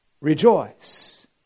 rejoice